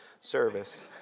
service